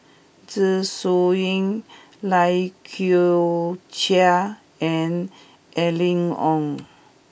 Zeng Shouyin Lai Kew Chai and Aline Wong